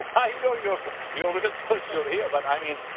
i know you're but you're real cause you're here, but i mean,